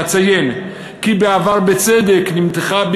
אציין כי בעבר נמתחה,